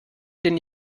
denn